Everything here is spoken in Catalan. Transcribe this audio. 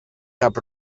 cap